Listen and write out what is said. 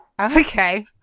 Okay